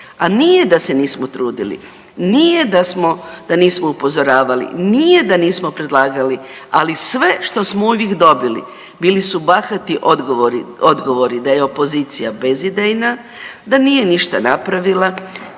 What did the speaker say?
A nije da se nismo trudili, nije da nismo upozoravali, nije da nismo predlagali, ali sve što smo uvijek dobili bili su bahati odgovori da je opozicija bezidejna, da nije ništa napravila